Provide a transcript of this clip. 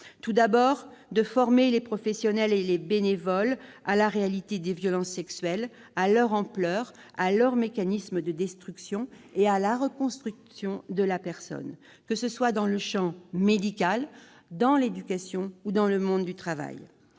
est essentiel de former les professionnels et les bénévoles à la réalité des violences sexuelles, à leur ampleur, à leurs mécanismes de destruction et à la reconstruction de la personne, que ce soit dans le champ médical, dans l'éducation ou dans le monde du travail.